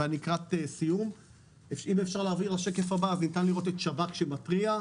בשקף הבא ניתן לראות ששב"כ מתריע.